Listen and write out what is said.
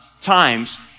times